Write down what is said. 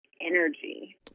energy